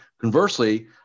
Conversely